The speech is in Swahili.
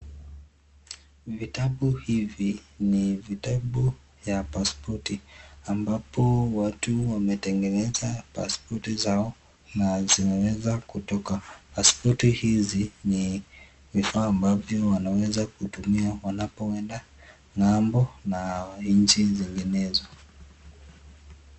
Vitabu hivi ni vitabu ya paspoti ambapo watu wametengeneza paspoti zao na zimeweza kutoka, paspoti ni vifaa ambazo wanaweza kutumia wanapo enda ng’ambo na nchi zinginezo.